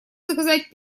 заказать